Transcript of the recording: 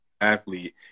athlete